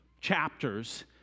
chapters